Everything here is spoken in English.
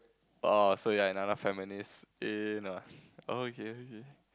orh so you're another feminist enough oh okay okay